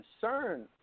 concern